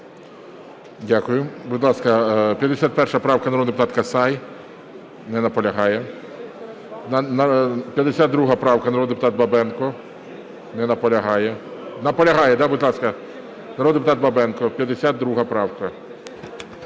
Дякую. Будь ласка, 51 правка, народний депутат Касай. Не наполягає. 52 правка народний депутат Бабенко. Не наполягає. Наполягає, да. Будь ласка, народний депутат Бабенко, 52 правка.